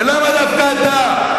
ולמה דווקא אתה?